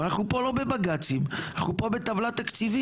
אנחנו פה לא בבג"צים, אנחנו פה בטבלה תקציבית.